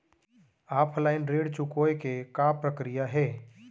Offline ऋण चुकोय के का प्रक्रिया हे?